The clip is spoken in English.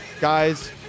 Guys